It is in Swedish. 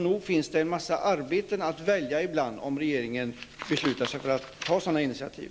Nog finns det en mängd arbeten att välja emellan om regeringen beslutar sig för att ta sådana initiativ.